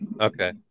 Okay